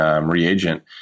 reagent